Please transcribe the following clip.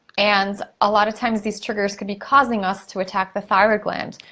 and a lot of times these triggers could be causing us to attack the thyroid gland.